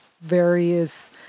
various